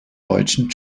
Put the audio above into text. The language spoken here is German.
deutschen